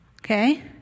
okay